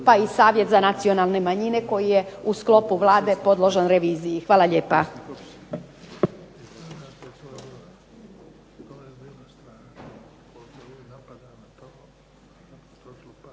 pa i Savjet za nacionalne manjine koji je u sklopu Vlade podložan reviziji. Hvala lijepa.